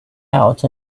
out